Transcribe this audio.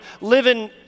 living